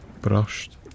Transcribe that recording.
brushed